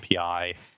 API